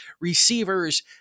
receivers